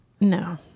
No